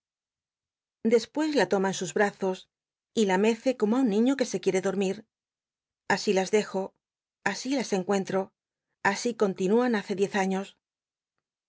despues la toma en sus brazos y la mece como un niño t ue se quiere domir así las dejo así las cncuento así continúan hace diez años